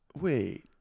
Wait